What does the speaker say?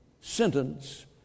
sentence